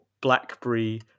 BlackBerry